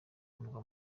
umurwa